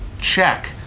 check